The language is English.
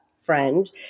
friend